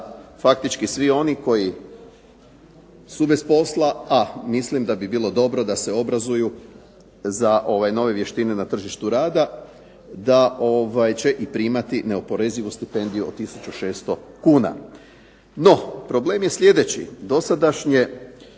faktički svi oni koji su bez posla, a mislim da bi bilo dobro da se obrazuju za nove vještine na tržištu rada, da će i primati neoporezivu stipendiju od 1600 kn. No, problem je sljedeći. Dosadašnje